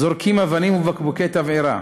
זורקים אבנים ובקבוקי תבערה,